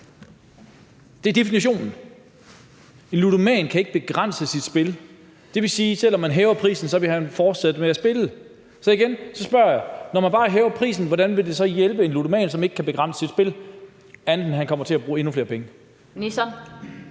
Det er definitionen. En ludoman kan ikke begrænse sit spil. Det vil sige, at selv om man hæver prisen, vil han fortsætte med at spille. Så jeg spørger igen: Når man bare hæver prisen, hvordan vil det så hjælpe en ludoman, som ikke kan begrænse sit spil, andet, end at han kommer til at bruge endnu flere penge? Kl.